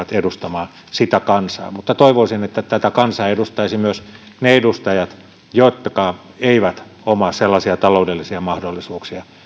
pääsevät edustamaan sitä kansaa mutta toivoisin että tätä kansaa edustaisivat myös ne edustajat jotka eivät omaa sellaisia taloudellisia mahdollisuuksia